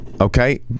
okay